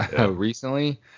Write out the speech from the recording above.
recently